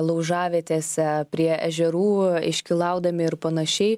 laužavietėse prie ežerų iškylaudami ir panašiai